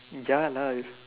ya lah